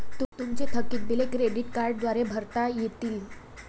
तुमची थकीत बिले क्रेडिट कार्डद्वारे भरता येतील